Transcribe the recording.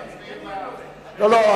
לא, לא.